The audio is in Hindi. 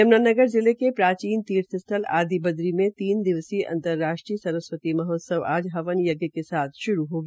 यम्नानगर जिले के प्राचीन तीर्थ स्थल आदिबद्री में तीन दिवसीय अंतर्राष्ट्रीय सरस्वती महोत्सव आज हवन यज्ञ के साथ श्रू हो गया